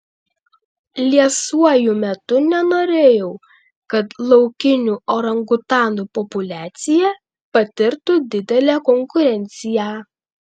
liesuoju metu nenorėjau kad laukinių orangutanų populiacija patirtų didelę konkurenciją